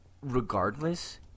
regardless